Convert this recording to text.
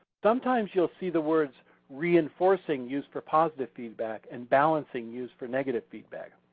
sometimes you'll see the words reinforcing used for positive feedback and balancing used for negative feedback.